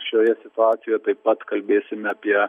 šioje situacijo taip pat kalbėsime apie